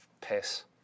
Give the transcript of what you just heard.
Piss